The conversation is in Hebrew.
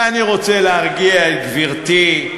ואני רוצה להרגיע את גברתי,